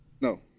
No